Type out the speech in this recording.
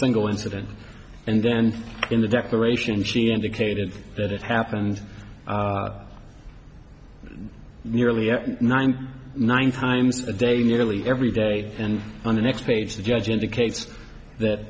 single incident and then in the declaration she indicated that it happened nearly ninety nine times a day nearly every day and on the next page the judge indicates that